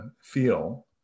feel